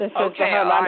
Okay